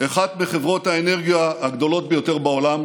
אחת מחברות האנרגיה הגדולות ביותר בעולם,